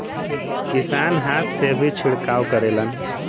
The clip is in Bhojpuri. किसान हाथ से भी छिड़काव करेलन